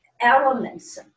elements